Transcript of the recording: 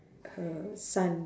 her son